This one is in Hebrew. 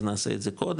אז נעשה את זה קודם,